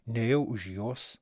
nejau už jos